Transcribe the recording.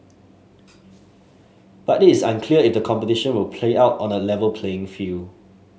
but it is unclear if the competition will play out on A Level playing field